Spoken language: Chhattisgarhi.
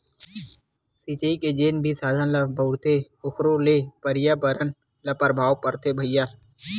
सिचई के जेन भी साधन ल बउरथे ओखरो ले परयाबरन ल परभाव परथे भईर